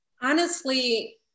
Honestly-